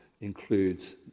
includes